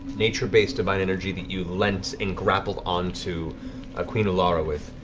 nature based divine energy that you lent and grappled onto ah queen ulara with.